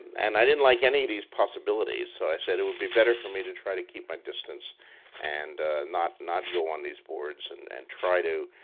and i didn't like any of these possibilities. so i said it would be better for me to try to keep my distance and not not go on these boards and and try to.